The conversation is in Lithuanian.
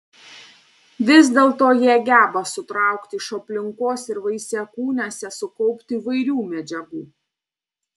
vis dėlto jie geba sutraukti iš aplinkos ir vaisiakūniuose sukaupti įvairių medžiagų